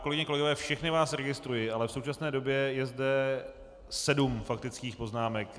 Kolegyně a kolegové, všechny vás registruji, ale v současné době je zde sedm faktických poznámek.